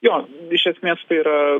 jo iš esmės tai yra